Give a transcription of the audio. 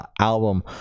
album